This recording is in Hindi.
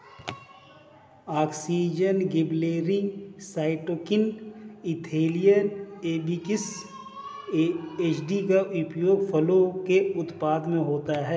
auxin, gibberellins, cytokinin, ethylene, abscisic acid का उपयोग फलों के उत्पादन में होता है